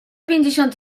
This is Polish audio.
pięćdziesiąt